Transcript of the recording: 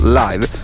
live